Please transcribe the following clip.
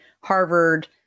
Harvard